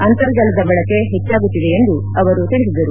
ಅಂತರ್ಜಾಲದ ಬಳಕೆ ಹೆಚ್ಚಾಗುತ್ತಿದೆ ಎಂದು ಹೇಳಿದರು